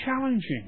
challenging